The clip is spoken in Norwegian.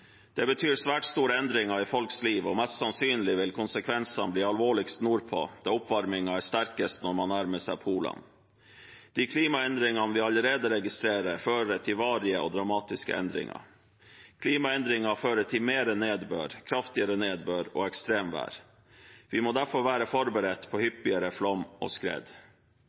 mest sannsynlig vil konsekvensene bli alvorligst nordpå da oppvarmingen er sterkest når man nærmer seg polene. De klimaendringene vi allerede registrerer, fører til varige og dramatiske endringer. Klimaendringer fører til mer nedbør, kraftigere nedbør og ekstremvær. Vi må derfor være forberedt på hyppigere flommer og skred. NVE har en viktig oppgave med å kartlegge risiko og forebygge og begrense skader som følger av flom og skred